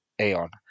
eon